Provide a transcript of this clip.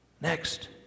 Next